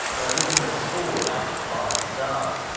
they give him a score out of five stars,